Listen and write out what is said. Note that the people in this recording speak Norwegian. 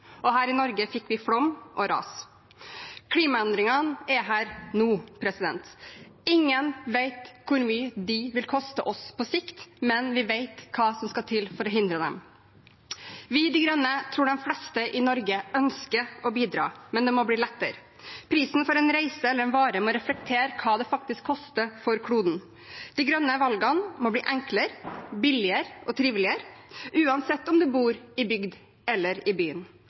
er her nå. Ingen vet hvor mye de vil koste oss på sikt, men vi vet hva som skal til for å hindre dem. Vi, De Grønne, tror de fleste i Norge ønsker å bidra, men det må bli lettere. Prisen for en reise eller en vare må reflektere hva det faktisk koster for kloden. De grønne valgene må bli enklere, billigere og triveligere, uansett om en bor i bygd eller by. Det kan vi gjøre gjennom skatte- og avgiftspolitikken. De siste ukene har de gule vestenes demonstrasjoner i